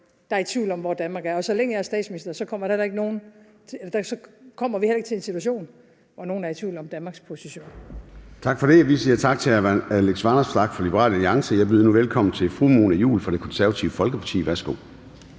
der er i tvivl om, hvor Danmark står. Og så længe jeg er statsminister, kommer vi heller ikke i en situation, hvor nogen er i tvivl om Danmarks position. Kl. 13:30 Formanden (Søren Gade): Tak for det. Vi siger tak til hr. Alex Vanopslagh fra Liberal Alliance. Jeg byder nu velkommen til fru Mona Juul fra Det Konservative Folkeparti. Værsgo.